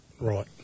Right